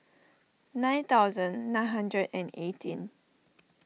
nine thousand nine hundred and eighteen